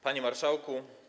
Panie Marszałku!